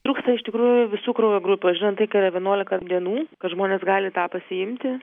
trūksta iš tikrųjų visų kraujo grupių žinot tai ka vienuolika dienų kad žmonės gali tą pasiimti